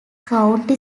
county